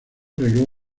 arregló